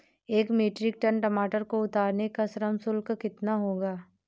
एक metric tonne टमाटर को उतारने का श्रम शुल्क कितना होगा?